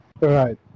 Right